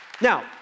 Now